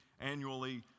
annually